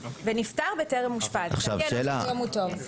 ונפטר בטרם אושפז, לדעתי הנוסח הוא טוב.